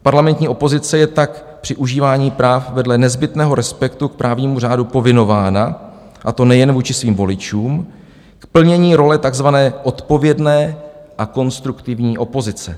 Parlamentní opozice je tak při užívání práv vedle nezbytného respektu k právnímu řádu povinována, a to nejen vůči svým voličům, k plnění role tzv. odpovědné a konstruktivní opozice.